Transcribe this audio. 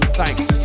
thanks